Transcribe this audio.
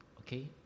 Okay